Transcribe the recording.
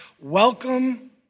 Welcome